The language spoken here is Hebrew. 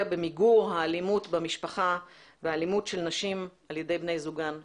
במיגור האלימות במשפחה והאלימות של נשים על ידי בני זוגן בפרט.